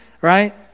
right